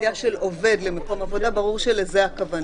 יציאה של עובד למקום עבודה ברור שלזה הכוונה.